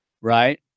right